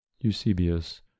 Eusebius